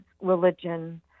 religion